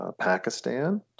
Pakistan